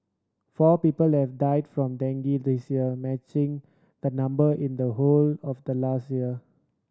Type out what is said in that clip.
four people have died from dengue this year matching the number in the whole of last year